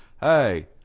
hey